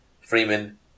Freeman